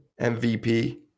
MVP